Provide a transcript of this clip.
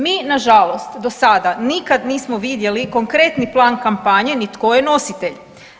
Mi nažalost do sada nikad nismo vidjeli konkretni plan kampanje, ni tko je nositelj.